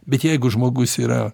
bet jeigu žmogus yra